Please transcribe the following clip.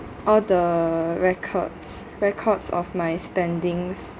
all the records records of my spendings